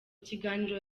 kiganiro